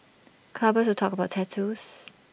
clubbers who talk about tattoos